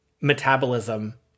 metabolism